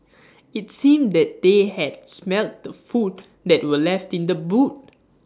IT seemed that they had smelt the food that were left in the boot